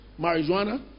marijuana